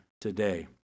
today